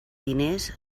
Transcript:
diners